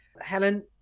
Helen